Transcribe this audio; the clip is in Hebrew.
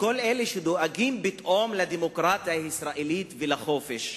וכל אלה שדואגים פתאום לדמוקרטיה הישראלית ולחופש,